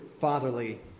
fatherly